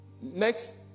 Next